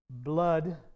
blood